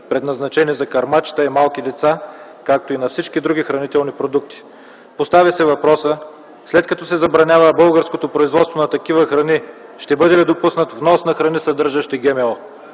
предназначени за кърмачета и малки деца, както и на всички други хранителни продукти. Постави се въпросът, след като се забранява българското производство на такива храни, ще бъде ли допуснат внос на храни, съдържащи ГМО.